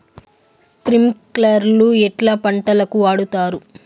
స్ప్రింక్లర్లు ఎట్లా పంటలకు వాడుతారు?